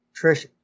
Trish